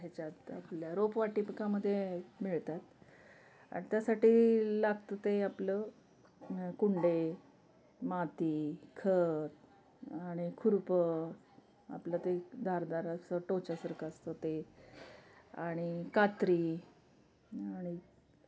ह्याच्यात आपल्या रोप वाटीकामध्ये मिळतात आणि त्यासाठी लागतं ते आपलं कुंडे माती खत आणि खुरपं आपलं ते धारदार असं टोचासारखं असतं ते आणि कात्री आणि